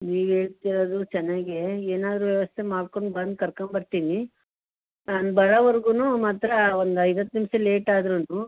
ನೀವು ಹೇಳ್ತಿರೋದು ಚೆನ್ನಾಗೆ ಏನಾದ್ರೂ ವ್ಯವಸ್ಥೆ ಮಾಡ್ಕೊಂಡು ಬಂದು ಕರ್ಕೊಂಬರ್ತೀನಿ ನಾನು ಬರೋವರ್ಗು ಮಾತ್ರ ಒಂದು ಐದು ಹತ್ತು ನಿಮಿಷ ಲೇಟ್ ಆದ್ರೂ